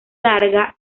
larga